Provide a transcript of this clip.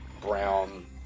brown